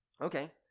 Okay